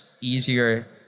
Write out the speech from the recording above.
easier